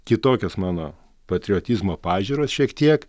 kitokios mano patriotizmo pažiūros šiek tiek